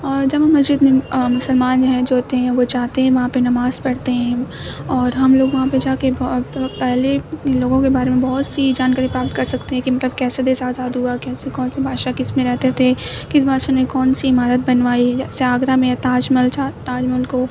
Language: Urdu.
اور جامع مسجد میں مسلمان جو ہیں جو ہوتے ہیں وہ جاتے ہیں وہاں پہ نماز پڑھتے ہیں اور ہم لوگ وہاں پہ جا کے بہت پہلے ان لوگوں کے بارے میں بہت سی جانکاری پراپت کر سکتے ہیں کہ مطلب کیسے دیش آزاد ہوا کیسے کون سے بادشاہ کس میں رہتے تھے کس بادشاہ نے کون سی عمارت بنوائی جیسے آگرہ میں تاج محل تاج محل کو